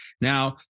Now